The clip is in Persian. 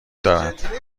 دارد